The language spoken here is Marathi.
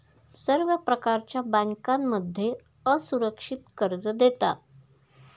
सर्व प्रकारच्या बँकांमध्ये असुरक्षित कर्ज देतात